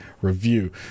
review